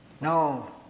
No